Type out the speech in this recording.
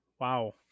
Wow